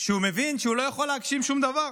שהוא מבין שהוא לא יכול להגשים שום דבר.